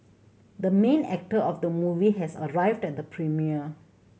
the main actor of the movie has arrived at the premiere